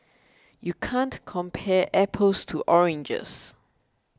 you can't compare apples to oranges